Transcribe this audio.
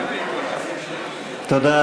תודה.